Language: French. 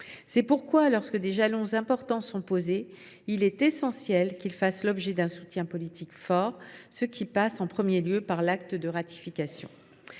est essentiel, lorsque des jalons importants sont posés, qu’ils fassent l’objet d’un soutien politique fort, ce qui passe en premier lieu par l’acte de ratification.